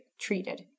treated